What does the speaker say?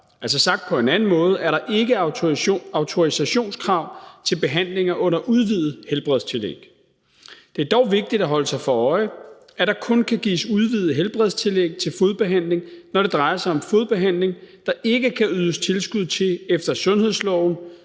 Altså, sagt på en anden måde, er der ikke autorisationskrav til behandlinger under udvidet helbredstillæg. Det er dog vigtigt at holde sig for øje, at der kun kan gives udvidet helbredstillæg til fodbehandling, når det drejer sig om fodbehandling, der ikke kan ydes tilskud til efter sundhedslovens